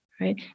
Right